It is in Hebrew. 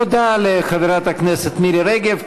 תודה לחברת הכנסת מירי רגב.